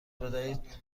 بدهید